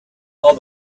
all